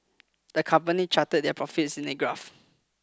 the company charted their profits in the graph